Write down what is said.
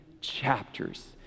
chapters